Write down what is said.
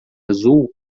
azul